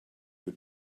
you